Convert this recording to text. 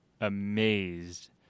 amazed